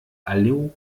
aluminium